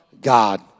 God